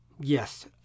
Yes